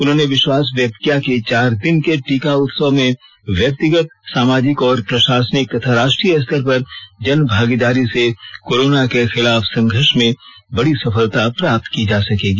उन्होंने विश्वास व्यक्त किया कि चार दिन के टीका उत्सव में व्यक्तिगत सामाजिक और प्रशासनिक तथा राष्ट्रीय स्तर पर जन भागीदारी से कोरोना के खिलाफ संघर्ष में बड़ी सफलता प्राप्त की जा सकेगी